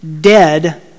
dead